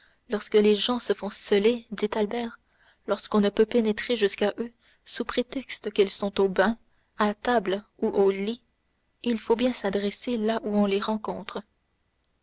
lorsque les gens se font celer dit albert lorsqu'on ne peut pénétrer jusqu'à eux sous prétexte qu'ils sont au bain à table ou au lit il faut bien s'adresser là où on les rencontre